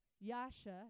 Yasha